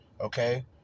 okay